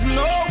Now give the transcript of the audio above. no